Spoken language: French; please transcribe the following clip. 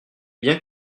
bien